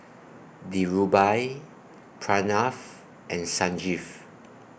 Dhirubhai Pranav and Sanjeev